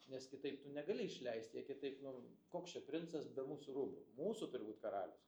nes kitaip tu negali išleisti jie kitaip nu koks čia princas be mūsų rūbų mūsų turi būt karalius